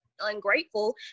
ungrateful